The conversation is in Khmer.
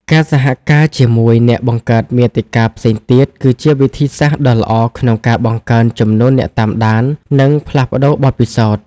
ការសហការជាមួយអ្នកបង្កើតមាតិកាផ្សេងទៀត គឺជាវិធីសាស្ត្រដ៏ល្អក្នុងការបង្កើនចំនួនអ្នកតាមដាន និងផ្លាស់ប្តូរបទពិសោធន៍។